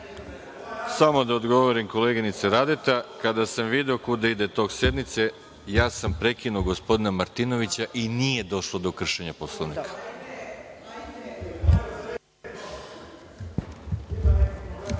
Samo da odgovorim, koleginice Radeta. Kada sam video kuda ide tok sednice, ja sam prekinuo gospodina Martinovića i nije došlo do kršenja Poslovnika.